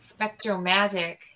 spectromagic